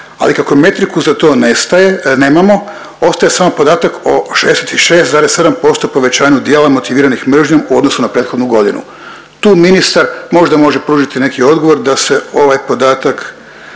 ali kako metriku za to nestaje, nemamo, ostaje samo podatak od 66,7% povećanju djela motiviranih mržnjom u odnosu na prethodnu godinu. Tu ministar možda može pružiti nekakav odgovor da se ovaj podatak